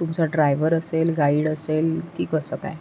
तुमचा ड्रायवर असेल गाईड असेल की कसं काय